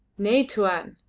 nay, tuan,